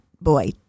Boy